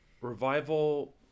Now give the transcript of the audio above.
revival